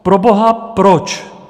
Proboha proč?